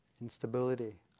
instability